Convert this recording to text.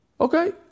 Okay